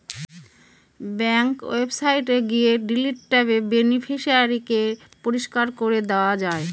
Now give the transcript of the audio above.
bank ওয়েবসাইটে গিয়ে delete ট্যাবে বেনিফিশিয়ারি কে পরিষ্কার করে দেওয়া যায়